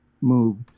moved